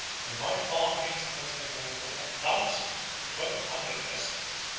they might arm against constantinople a thousand or twelve hundred vessels.